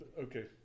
okay